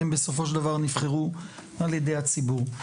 הם בסופו של דבר נבחרו על ידי הציבור.